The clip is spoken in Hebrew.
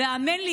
והאמן לי,